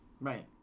right